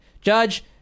Judge